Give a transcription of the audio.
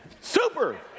Super